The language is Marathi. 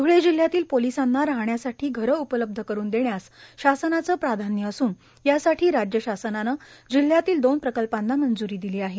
ध्वळे जिल्ह्यातील पोलीसांना राहण्यासाठी घरे उपलब्ध करून देण्यास शासनाचे प्राधान्य असुन यासाठी राज्य शासनाने जिल्ह्यातील दोन प्रकल्पांना मंजूरी दिली आहे